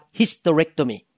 hysterectomy